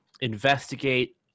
investigate